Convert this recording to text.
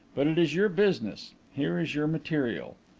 but it is your business. here is your material.